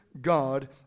God